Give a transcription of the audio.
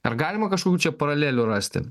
ar galima kažkokių čia paralelių rasti